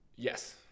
Yes